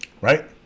right